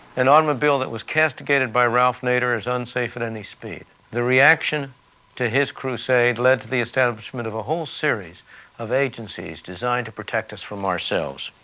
an automobile that was castigated castigated by ralph nader as unsafe at any speed. the reaction to his crusade led to the establishment of a whole series of agencies designed to protect us from ourselves.